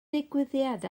digwyddiad